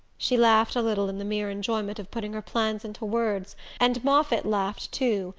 she laughed a little in the mere enjoyment of putting her plans into words and moffatt laughed too,